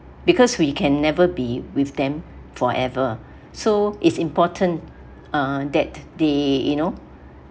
because we can never be with them forever so it's important uh that they you know